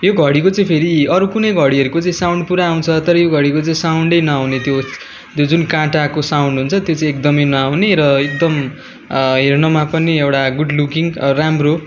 यो घडीको चाहिँ फेरि अरू कुनै घडीहरूको चाहिँ साउन्ड पुरा आउँछ तर यो घडीको चाहिँ साउन्डै नआउने त्यो त्यो जुन काँटाको साउन्ड हुन्छ त्यो चाहिँ एकदमै नआउने र एकदम हेर्नमा पनि एउटा गुड लुकिङ राम्रो